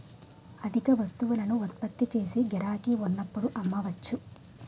అధిక వస్తువులను ఉత్పత్తి చేసి గిరాకీ ఉన్నప్పుడు అమ్మవచ్చు